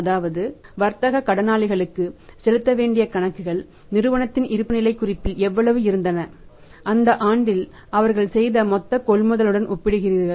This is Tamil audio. அதாவது வர்த்தக கடனாளிகளுக்கு செலுத்த வேண்டிய கணக்குகள் நிறுவனத்தின் இருப்புநிலைக் குறிப்பில் எவ்வளவு இருந்தன அந்த ஆண்டில் அவர்கள் செய்த மொத்த கொள்முதலுடன் ஒப்பிடுகிறீர்கள்